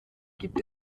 gibt